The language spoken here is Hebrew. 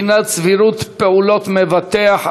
בחינת סבירות פעולות מבטח,